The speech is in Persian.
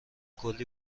کلی